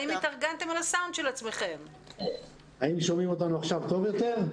אני מקווה ששומעים אותנו טוב יותר.